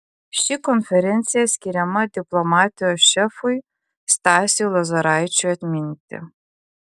ši konferencija skiriama diplomatijos šefui stasiui lozoraičiui atminti